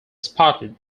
spotted